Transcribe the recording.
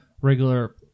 regular